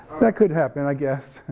that could happen, i guess,